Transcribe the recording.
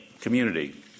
community